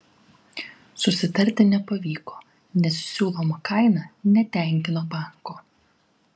susitarti nepavyko nes siūloma kaina netenkino banko